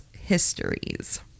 histories